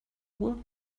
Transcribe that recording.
ruhr